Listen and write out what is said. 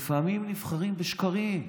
לפעמים נבחרים בשקרים.